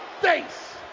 face